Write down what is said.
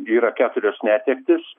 yra keturios netektys